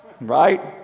right